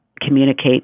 communicate